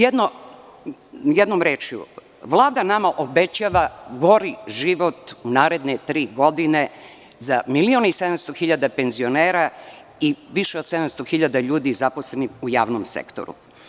Jednom rečju, Vlada nama obećava gori život u naredne tri godine za 1.700.000 penzionera i više od 700.000 ljudi zaposlenih u javnom sektoru.